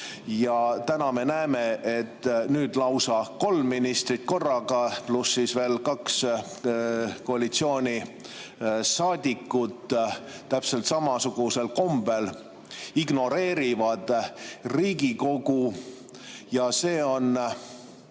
Ja täna me näeme, et nüüd lausa kolm ministrit korraga, pluss veel kaks koalitsioonisaadikut, täpselt samasugusel kombel ignoreerivad Riigikogu. See on,